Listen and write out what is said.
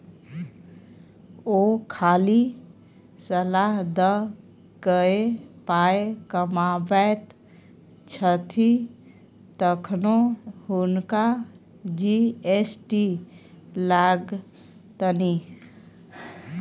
ओ खाली सलाह द कए पाय कमाबैत छथि तखनो हुनका जी.एस.टी लागतनि